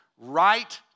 right